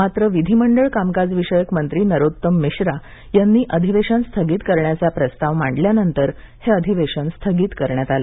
मात्र विधिमंडळ कामकाजविषयक मंत्री नरोत्तम मिश्रा यांनी अधिवेशन स्थगित करण्याचा प्रस्ताव मांडल्यानंतर हे अधिवेशन स्थगित करण्यात आलं